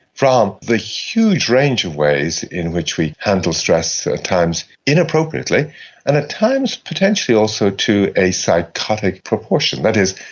from the huge range of ways in which we handle stress at times inappropriately and at times potentially also to a psychotic proportions. that is,